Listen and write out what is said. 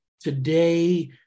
today